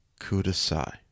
kudasai